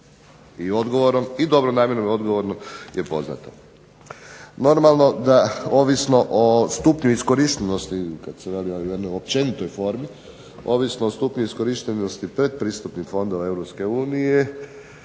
I odgovorom i dobronamjernim odgovorom je poznato. Normalno da ovisno o stupnju iskorištenosti kad se radi o jednoj općenitoj formi, ovisno o stupnju iskorištenosti pretpristupnih fondova